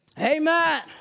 Amen